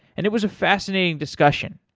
and it was a fascinating discussion.